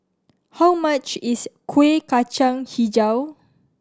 how much is Kuih Kacang Hijau